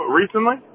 recently